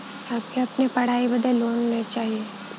हमके अपने पढ़ाई बदे लोन लो चाही?